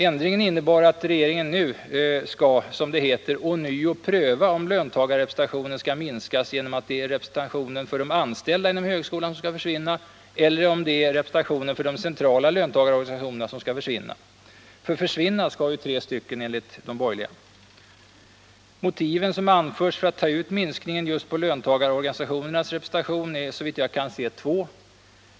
Ändringen innebar att regeringen nu skall, som det heter, ånyo pröva om löntagarrepresentationen skall minskas, genom att det är representationen för de anställda inom högskolan som skall försvinna, eller om det är representationen för de centrala löntagarorganisationerna som skall försvinna — för försvinna skall ju tre stycken, enligt de borgerliga. Motiven som anförs för att ta ut minskningen just på löntagarorganisationernas representation är, såvitt jag kan se, två.